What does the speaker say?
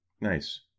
Nice